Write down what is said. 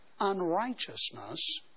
unrighteousness